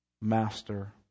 master